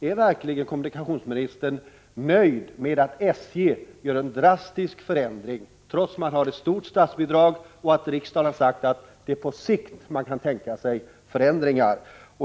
Är verkligen kommunikationsministern nöjd med att SJ gör en drastisk förändring, trots att man har ett stort statsbidrag och riksdagen har sagt att det är på sikt man kan tänka sig förändringar?